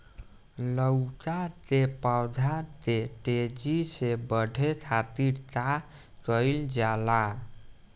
लउका के पौधा के तेजी से बढ़े खातीर का कइल जाला?